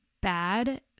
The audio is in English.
bad